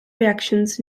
reactions